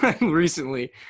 recently